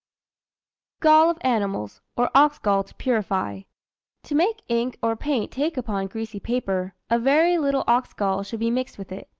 gall of animals, or ox-gall to purify to make ink or paint take upon greasy paper, a very little ox-gall should be mixed with it.